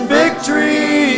victory